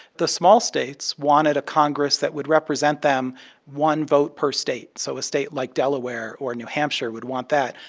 the small states wanted a congress that would represent them one vote per state. so a state like delaware or new hampshire would want that.